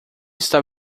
está